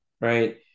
right